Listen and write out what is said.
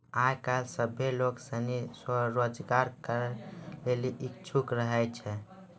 आय काइल सभ्भे लोग सनी स्वरोजगार करै लेली इच्छुक रहै छै